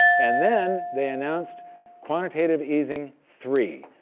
and then, they announced quantitative easing three,